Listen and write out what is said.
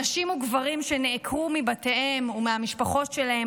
נשים וגברים שנעקרו מבתיהם ומהמשפחות שלהם,